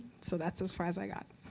so that's as far as i got.